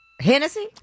Hennessy